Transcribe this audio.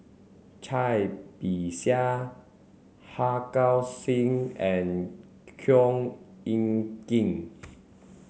Cai Bixia Harga Singh and Khor Ean Ghee